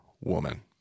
woman